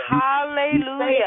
Hallelujah